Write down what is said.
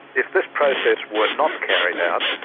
if this process were not carried out,